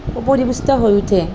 পৰিপুষ্ট হৈ উঠে